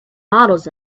models